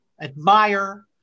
admire